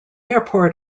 airport